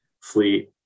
fleet